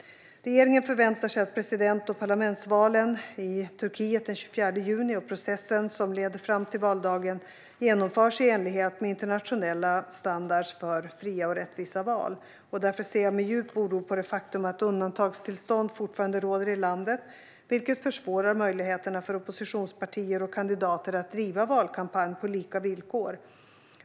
Regeringen förväntar sig att president och parlamentsvalen i Turkiet den 24 juni, och processen som leder fram till valdagen, genomförs i enlighet med internationella standarder för fria och rättvisa val. Därför ser jag med djup oro på det faktum att undantagstillstånd fortfarande råder i landet, vilket försvårar möjligheterna för oppositionspartier och kandidater att driva valkampanj på lika villkor.